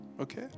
Okay